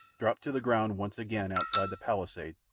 dropped to the ground once again outside the palisade,